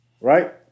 right